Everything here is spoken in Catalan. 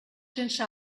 sense